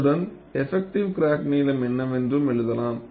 அத்துடன் effective crack நீளம் என்ன வென்றும் எழுதலாம்